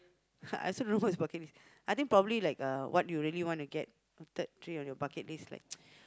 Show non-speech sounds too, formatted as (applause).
ha I also don't know what is bucket list I think probably like what you really want to get top three on your bucket list like (noise)